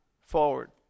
forward